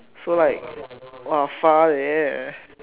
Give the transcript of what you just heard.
so like !wah! far leh